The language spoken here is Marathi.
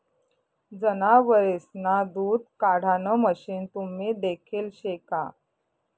जनावरेसना दूध काढाण मशीन तुम्ही देखेल शे का?